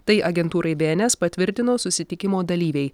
tai agentūrai bns patvirtino susitikimo dalyviai